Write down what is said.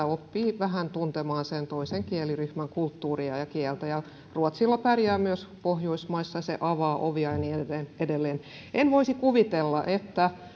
oppii vähän tuntemaan sen toisen kieliryhmän kulttuuria ja kieltä ja ruotsilla pärjää myös pohjoismaissa ja se avaa ovia ja niin edelleen edelleen en voisi kuvitella että